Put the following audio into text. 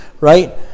right